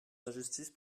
d’injustice